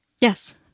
Yes